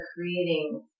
creating